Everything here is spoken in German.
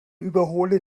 überhole